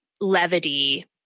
levity